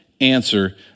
answer